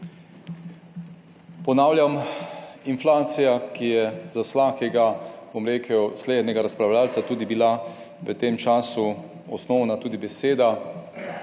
Ponavljam, inflacija, ki je za vsakega slednjega razpravljavca tudi bila v tem času osnovna tudi beseda,